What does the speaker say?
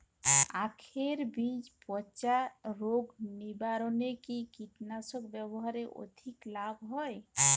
আঁখের বীজ পচা রোগ নিবারণে কি কীটনাশক ব্যবহারে অধিক লাভ হয়?